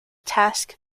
task